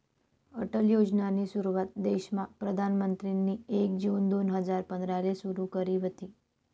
अटल योजनानी सुरुवात देशमा प्रधानमंत्रीनी एक जून दोन हजार पंधराले सुरु करी व्हती